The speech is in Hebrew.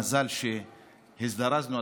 מזל שהזדרזנו,